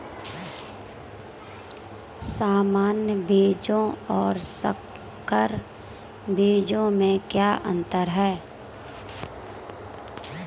सामान्य बीजों और संकर बीजों में क्या अंतर है?